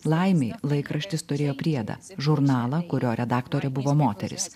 laimei laikraštis turėjo priedą žurnalą kurio redaktorė buvo moteris